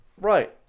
Right